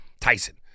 Tyson